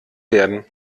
werden